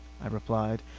i replied.